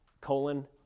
colon